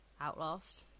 Outlast